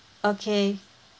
okay